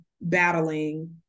battling